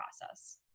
process